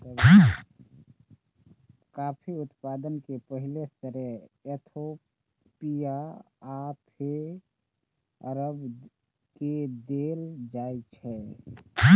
coffee उत्पादन के पहिल श्रेय इथियोपिया आ फेर अरब के देल जाइ छै